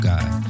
God